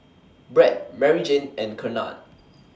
Brad Maryjane and Kennard